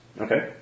Okay